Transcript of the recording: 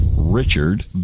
Richard